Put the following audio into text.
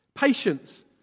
Patience